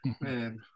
Man